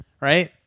Right